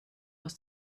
aus